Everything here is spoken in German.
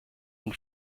und